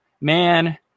Man